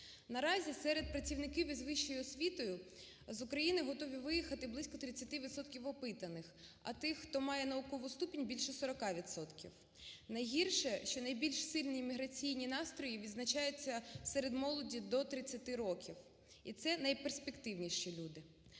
Наразі серед працівників з вищою освітою з України готові виїхати близько 30 відсотків опитаних, а тих, хто має наукову ступінь більше 40 відсотків. Найгірше, що найбільш сильні міграційні настрої відзначаються серед молоді до 30 років. І це найперспективніші люди.